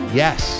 yes